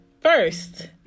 first